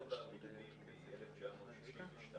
למרות המבנים מ-1962,